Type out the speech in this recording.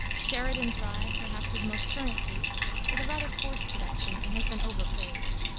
sheridan's ride perhaps his most current piece is a rather forced production and has been over-praised.